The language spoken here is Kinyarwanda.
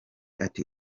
ati